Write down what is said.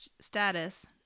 status